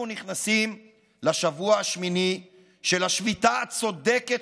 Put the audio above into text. אנחנו נכנסים לשבוע השמיני של השביתה הצודקת